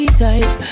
type